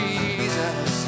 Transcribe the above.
Jesus